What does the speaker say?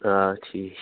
آ ٹھیٖک چھُ